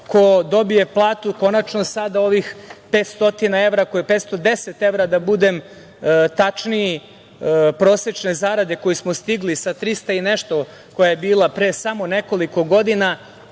ko dobije platu konačno sad ovih 500 evra, 510 evra, da budem tačniji, prosečne zarade koju smo stigli, sa 300 i nešto koja je bila pre samo nekoliko godina,